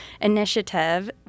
initiative